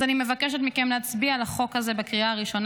אז אני מבקשת מכם להצביע על החוק הזה בקריאה ראשונה